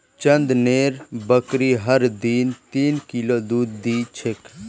चंदनेर बकरी हर दिन तीन किलो दूध दी छेक